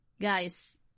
Guys